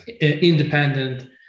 independent